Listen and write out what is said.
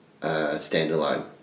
standalone